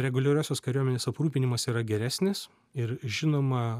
reguliariosios kariuomenės aprūpinimas yra geresnis ir žinoma